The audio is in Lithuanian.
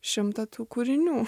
šimtą tų kūrinių